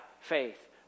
faith